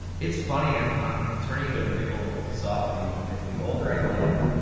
it's funny, i'm um turning into a big old softy, because, the older i get,